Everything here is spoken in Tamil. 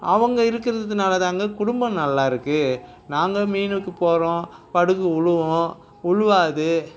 அவங்க இருக்குறதனால தாங்க குடும்பம் நல்லா இருக்குது நாங்கள் மீனுக்கு போகிறோம் படகு விலுவும் விலுவாது